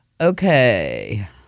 Okay